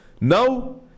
Now